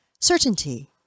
Certainty